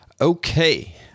okay